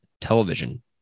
television